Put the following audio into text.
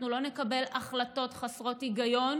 אנחנו לא נקבל החלטות חסרות היגיון